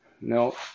no